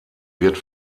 wird